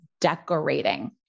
Decorating